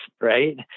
right